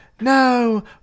no